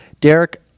Derek